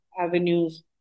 avenues